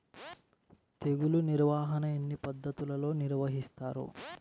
తెగులు నిర్వాహణ ఎన్ని పద్ధతులలో నిర్వహిస్తారు?